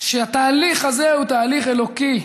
שהתהליך הזה הוא תהליך אלוקי,